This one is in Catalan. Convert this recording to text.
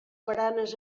baranes